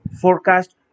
forecast